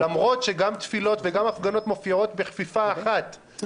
אם תפילות והפגנות לא יימנעו אלא